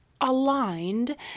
aligned